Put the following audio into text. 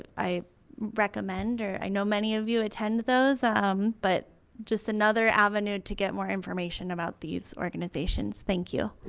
i recommend, or i know many of you attend those um but just another avenue to get more information about these organizations. thank you